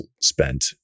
spent